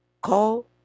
Call